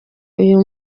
uyu